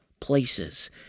places